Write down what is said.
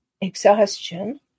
exhaustion